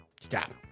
Stop